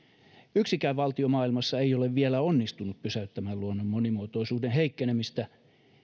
yksikään valtio maailmassa ei ole vielä onnistunut pysäyttämään luonnon monimuotoisuuden heikkenemistä